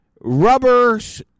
rubbers